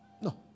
no